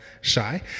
shy